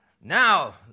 now